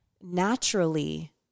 naturally